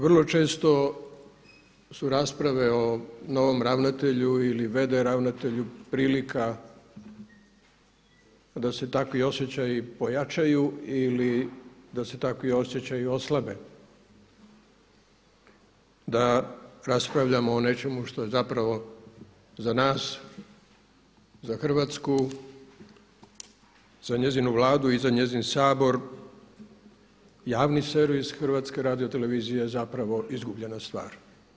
Vrlo često su rasprave o novom ravnatelju ili v.d. ravnatelju prilika da se takvi osjećaji pojačaju ili da se takvi osjećaji oslabe, da raspravljamo o nečemu što je zapravo za nas, za Hrvatsku, za njezinu Vladu i njezin Sabor javni servis Hrvatske radio televizije zapravo izgubljena stvar.